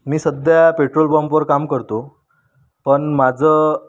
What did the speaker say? मी सध्या पेट्रोल पंपावर काम करतो पण माझं